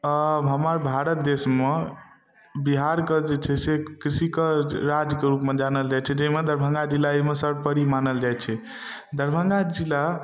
हमर भारत देशमे बिहारके जे छै से कृषिके राज्यके रूपमे जानल जाइ छै जाहिमे दरभंगा जिला एहिमे सर्वोपरि मानल जाइ छै दरभंगा जिला